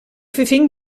verving